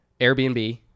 airbnb